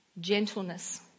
gentleness